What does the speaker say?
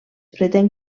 pretén